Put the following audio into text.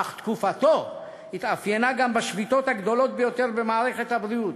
אך תקופתו התאפיינה גם בשביתות הגדולות ביותר במערכת הבריאות.